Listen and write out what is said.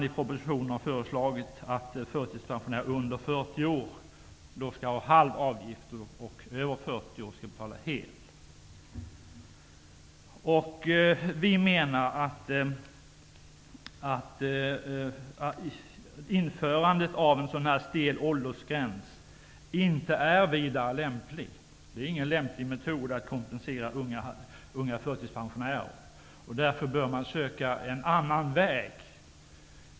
I propositionen föreslås att förtidspensionärer som är under 40 år skall ha halv avgift och att de som är över 40 år skall ha hel avgift. Vi menar att införandet av en så stel åldersgräns inte är en lämplig metod för att kompensera unga förtidspensionärer.